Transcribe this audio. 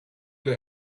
they